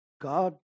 God